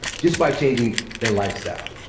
just by changing their lifestyle.